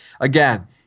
again